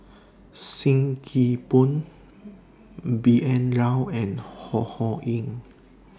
SIM Kee Boon B N Rao and Ho Ho Ying